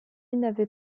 n’avait